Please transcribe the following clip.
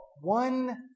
one